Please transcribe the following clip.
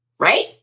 right